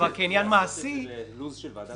עולה על השולחן